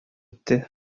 үтте